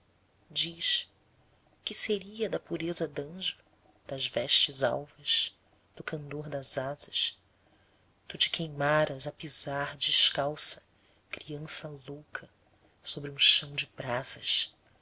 diz que seria da pureza danjo das vestes alvas do candor das asas tu te queimaras a pisar descalça criança louca sobre um chão de brasas